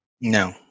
No